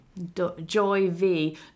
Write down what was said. joyv